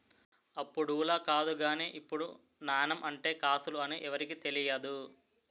అప్పుడులా కాదు గానీ ఇప్పుడు నాణెం అంటే కాసులు అని ఎవరికీ తెలియదు